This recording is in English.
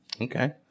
Okay